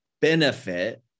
benefit